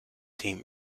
team